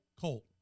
Colt